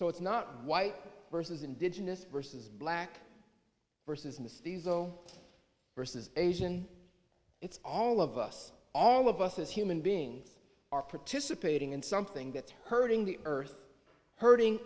so it's not white versus indigenous versus black versus mister versus asian it's all of us all of us as human beings are participating in something that's hurting the earth hurting